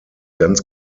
ganz